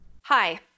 Hi